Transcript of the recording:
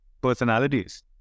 personalities